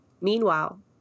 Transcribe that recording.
Meanwhile